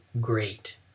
great